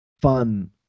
fun